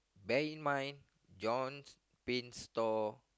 bare in mind John Prince tall